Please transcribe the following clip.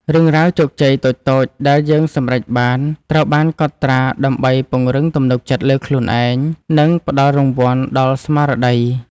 រឿងរ៉ាវជោគជ័យតូចៗដែលយើងសម្រេចបាន ត្រូវបានកត់ត្រាដើម្បីពង្រឹងទំនុកចិត្តលើខ្លួនឯង និងផ្ដល់រង្វាន់ដល់ស្មារតី។